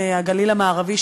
הגליל המערבי,